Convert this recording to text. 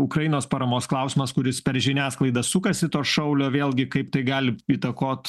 ukrainos paramos klausimas kuris per žiniasklaidą sukasi to šaulio vėlgi kaip tai gali įtakot